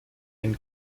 den